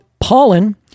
pollen